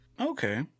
Okay